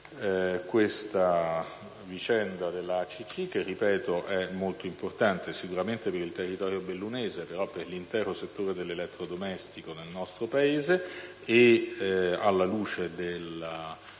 la vicenda della ACC che - ripeto - è molto importante sicuramente per il territorio bellunese, ma anche per l'intero settore dell'elettrodomestico nel nostro Paese e, alla luce del